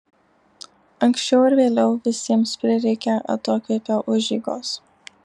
anksčiau ar vėliau visiems prireikia atokvėpio užeigos